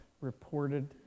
reported